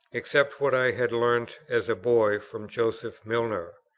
except what i had learnt as a boy from joseph milner.